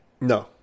No